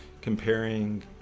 comparing